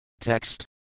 Text